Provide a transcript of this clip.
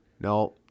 No